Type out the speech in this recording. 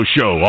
Show